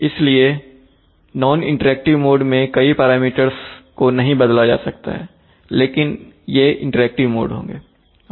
इसलिए non interactive mode में कई पैरामीटर्स को नहीं बदला जा सकता है लेकिन ये इंटरएक्टिव होंगेओके